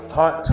hot